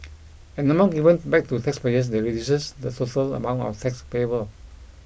an amount given back to taxpayers that reduces the total amount of tax payable